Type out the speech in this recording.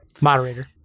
Moderator